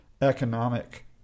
economic